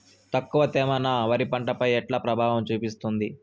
తక్కువ తేమ నా వరి పంట పై ఎట్లా ప్రభావం చూపిస్తుంది?